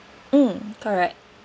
mm correct